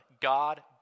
God